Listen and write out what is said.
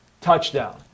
touchdown